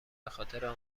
بخاطر